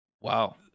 Wow